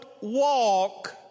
walk